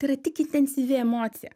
tai yra tik intensyvi emocija